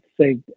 say